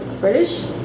British